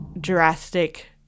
drastic